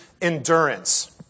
endurance